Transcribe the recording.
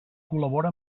col·labora